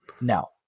No